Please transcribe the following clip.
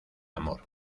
amor